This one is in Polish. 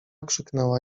krzyknęła